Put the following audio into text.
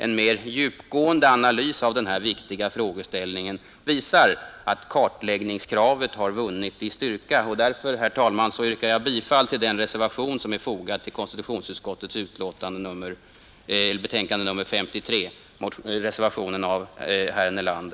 En mer djupgående analys av den här viktiga frågeställningen visar att kartläggningskravet har vunnit i styrka, och därför, herr talman, yrkar jag bifall till den reservation som herr Nelander och jag själv har fogat till konstitutionsutskottets betänkande nr 53.